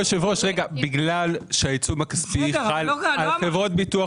בגלל שהעיצום הכספי חל על חברות ביטוח